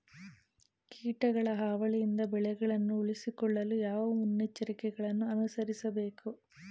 ಕೀಟಗಳ ಹಾವಳಿಯಿಂದ ಬೆಳೆಗಳನ್ನು ಉಳಿಸಿಕೊಳ್ಳಲು ಯಾವ ಮುನ್ನೆಚ್ಚರಿಕೆಗಳನ್ನು ಅನುಸರಿಸಬೇಕು?